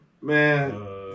Man